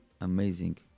amazing